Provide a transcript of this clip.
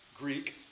Greek